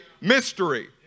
mystery